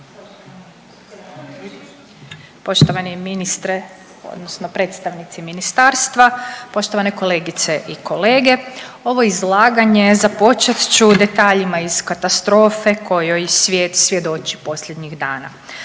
Poštovani ministre odnosno predstavnici ministarstva, poštovane kolegice i kolege. Ovo izlaganje započet ću detaljima iz katastrofe kojoj svijet svjedoči posljednjih dana.